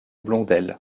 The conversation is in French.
blondel